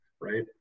right